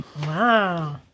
Wow